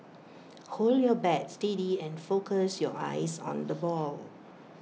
hold your bat steady and focus your eyes on the ball